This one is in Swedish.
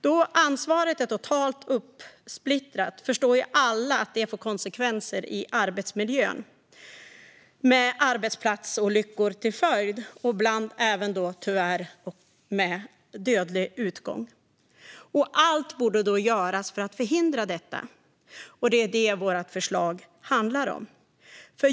Då ansvaret är totalt uppsplittrat förstår nog alla att det får konsekvenser för arbetsmiljön med arbetsplatsolyckor till följd, ibland tyvärr med dödlig utgång. Allt borde göras för att förhindra detta, och det är vad vårt förslag handlar om.